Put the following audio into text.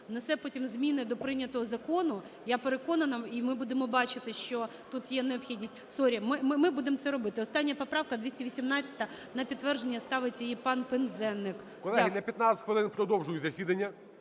внесе потім зміни до прийнятого закону, я переконана, і ми будемо бачити, що тут є необхідність, sorry, ми будемо це робити. Остання поправка - 218-а. На підтвердження ставить її пан Пинзеник. Веде засідання